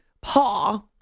paw